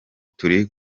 turi